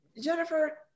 Jennifer